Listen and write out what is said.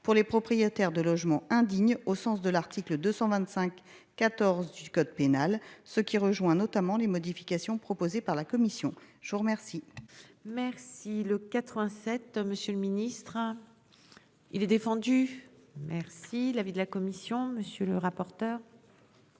pour les propriétaires de logements indignes au sens de l'article 225 14 du code pénal, ce qui rejoint notamment les modifications proposées par la commission, je vous remercie. Merci le 87. Monsieur le ministre, hein. Il est défendu. Merci l'avis de la commission. Monsieur le rapporteur.